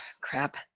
Crap